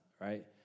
right